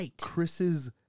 Chris's